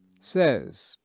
says